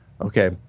Okay